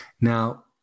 Now